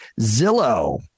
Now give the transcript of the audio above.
Zillow